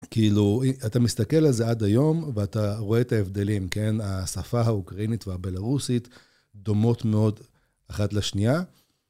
כאילו, אם אתה מסתכל על זה עד היום, ואתה רואה את ההבדלים, כן, השפה האוקרינית והבלרוסית דומות מאוד אחת לשנייה.